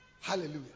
Hallelujah